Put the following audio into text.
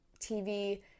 TV